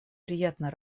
приятно